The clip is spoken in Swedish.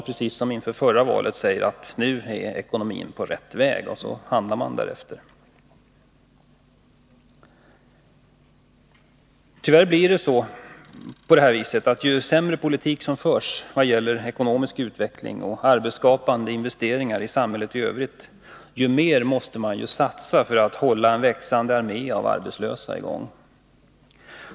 Precis som inför förra valet säger man att nu är ekonomin på rätt väg. — Men man hamnar där man hamnar. Tyvärr blir det på det viset att ju sämre politik som förs, vad gäller ekonomisk utveckling och arbetsskapande investeringar i samhället i Övrigt, desto mer måste man satsa för att hålla en växande armé av arbetslösa i gång.